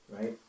right